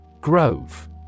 Grove